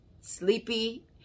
sleepy